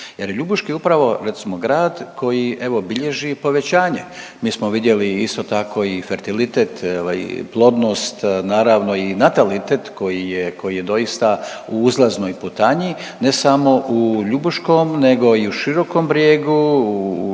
jer Ljubuški je upravo recimo grad koji evo bilježi povećanje. Mi smo vidjeli isto tako i fertilitet, plodnost naravno i natalitet koji je doista u uzlaznoj putanji ne samo u Ljubuškom nego i u Širokom Brijegu, u